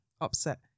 upset